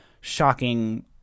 shocking